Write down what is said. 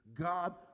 God